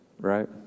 Right